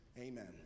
Amen